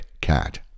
cat